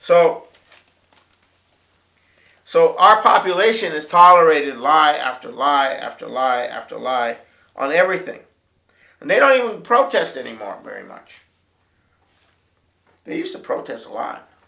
so so our population is tolerated lie after lie after lie after lie on everything and they don't protest anymore very much they use the protest